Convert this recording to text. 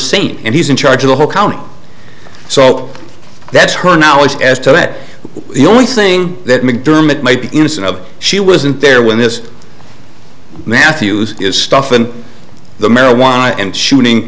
seen and he's in charge of the whole county so that's her knowledge as to that the only thing that mcdermott might be innocent of she wasn't there when this matthews is stuff and the marijuana and shooting